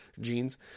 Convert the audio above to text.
jeans